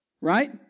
right